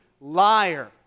liar